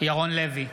ירון לוי,